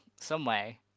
someway